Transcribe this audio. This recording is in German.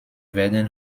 werden